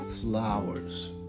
flowers